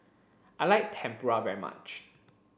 I like Tempura very much